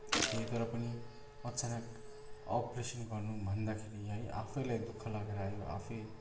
थिएँ तर पनि अचानक अप्रेसन् गर्नु भन्दाखेरि है आफैलाई दुखः लागेर आयो आफै